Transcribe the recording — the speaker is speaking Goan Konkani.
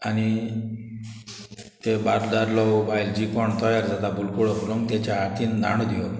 आनी ते दादलो वो बायल जी कोण तयार जाता बुलकुळो करून तेच्या हातीन दाणो दिवप